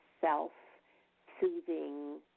self-soothing